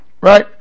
Right